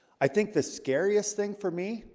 i think the scariest thing for me